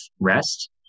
rest